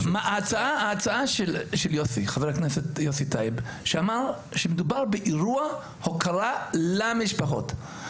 ההגשה של חבר הכנסת יוסי טייב אמרה שמדובר באירוע הוקרה למשפחות.